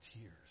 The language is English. tears